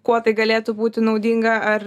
kuo tai galėtų būti naudinga ar